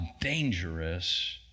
dangerous